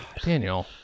Daniel